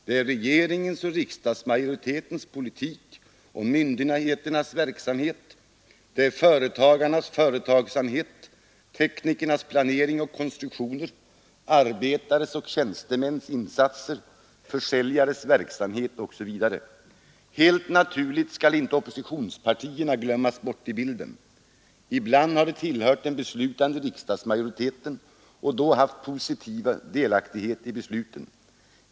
Det är regeringens och riksdagsmajoritetens politik och myndigheternas verksamhet, det är företagarnas företagsamhet, teknikernas planering och konstruktioner, arbetares och tjänstemäns insatser, försäljares verksamhet osv. Helt naturligt skall inte oppositionspartierna glömmas i bilden. Ibland har de tillhört den beslutande riksdagsmajoriteten och då haft sin positiva delaktighet i besluten.